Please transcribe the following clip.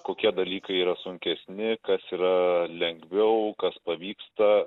kokie dalykai yra sunkesni kas yra lengviau kas pavyksta